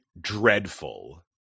dreadful